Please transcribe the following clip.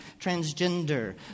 Transgender